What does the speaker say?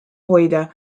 hoida